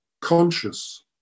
conscious